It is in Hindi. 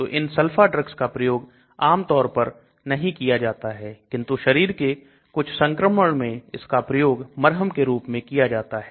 तो इन sulfa ड्रग्स का प्रयोग आमतौर पर नहीं किया जाता है किंतु शरीर के कुछ संक्रमण में इसका प्रयोग मरहम के रूप में किया जाता है